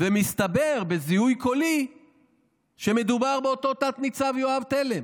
ומסתבר בזיהוי קולי שמדובר באותו תת-ניצב יואב תלם.